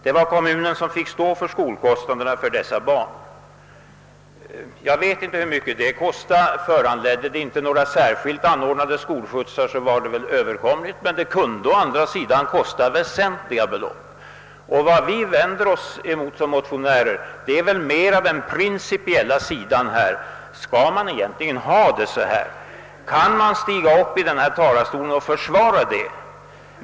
Det var kommunen som fick stå för skolkostnaderna för dessa barn.» Jag vet inte hur mycket det kostade. Föranledde det inga särskilda skolskjutsar blev väl kostnaden överkom lig, men kostnaden kunde ha uppgått till väsentliga belopp. Vad vi motionärer vänder oss emot är väl mera den principiella sidan, Skall man egentligen ha det på detta sätt, och kan man stiga upp i denna talarstol och försvara ett sådant förhållande?